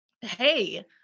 hey